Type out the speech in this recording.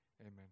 amen